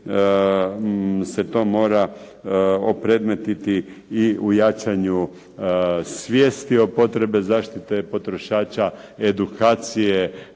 se to mora opredmetiti i u jačanju svijesti o potrebi zaštite potrošača, edukacije